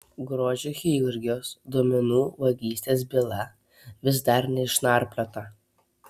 grožio chirurgijos duomenų vagystės byla vis dar neišnarpliota